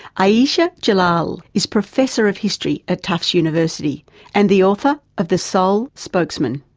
ayesha jalal is professor of history at tufts university and the author of the sole spokesman.